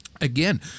Again